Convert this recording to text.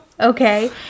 Okay